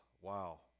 wow